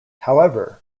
however